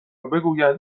بگویند